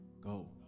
go